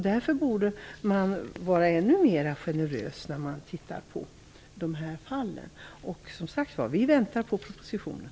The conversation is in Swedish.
Därför borde man vara ännu mera generös i dessa fall. Vi väntar, som sagt var, på propositionen.